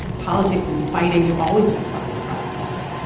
and politics and fighting have always been part of the process.